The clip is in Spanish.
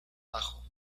tajo